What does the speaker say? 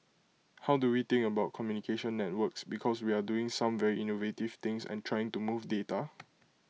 how do we think about communication networks because we are doing some very innovative things and trying to move data